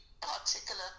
particular